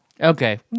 Okay